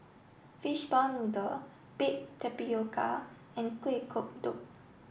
fishball noodle baked tapioca and Kueh Kodok